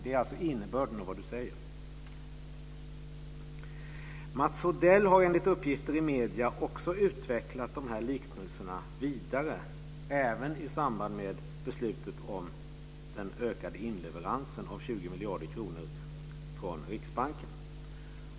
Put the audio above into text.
Det är alltså innebörden i det Gunnar Mats Odell har enligt uppgifter i medierna också utvecklat de här liknelserna vidare, även i samband med beslutet om den ökade inleveransen av 20 miljarder kronor från Riksbanken.